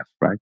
right